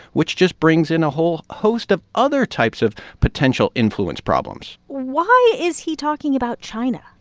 which just brings in a whole host of other types of potential influence problems why is he talking about china?